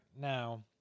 Now